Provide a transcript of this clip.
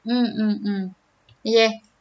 mm mm mm yeah